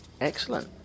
excellent